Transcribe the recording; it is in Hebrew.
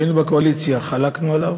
כשהיינו בקואליציה חלקנו עליו,